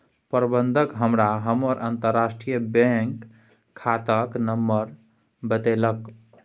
प्रबंधक हमरा हमर अंतरराष्ट्रीय बैंक खाताक नंबर बतेलक